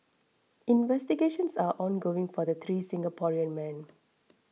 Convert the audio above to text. investigations are ongoing for the three Singaporean men